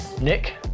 Nick